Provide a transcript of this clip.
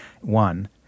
one